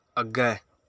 ਅੱਗੇ